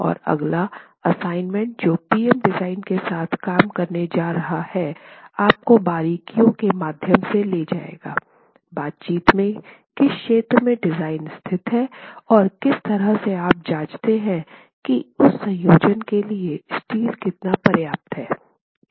और अगला असाइनमेंट जो पी एम डिज़ाइन के साथ काम करने जा रहा है आपको बारीकियों के माध्यम से ले जाएगा बातचीत के किस क्षेत्र में डिज़ाइन स्थित है और किस तरह से आप जांचते हैं कि उस संयोजन के लिए स्टील कितना पर्याप्त है